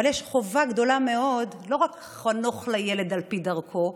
אבל יש חובה גדולה מאוד: לא רק חנוך לילד על פי דרכו,